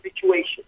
situation